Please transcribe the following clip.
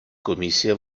комісія